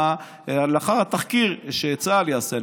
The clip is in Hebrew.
לאחר התחקיר שצה"ל יעשה,